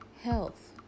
health